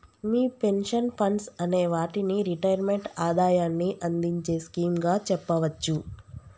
మీ pension funds అనే వాటిని retirement ఆదాయాన్ని అందించే స్కీమ్ గా చెప్పవచ్చు